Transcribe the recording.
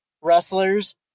wrestlers